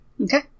Okay